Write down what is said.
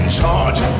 charge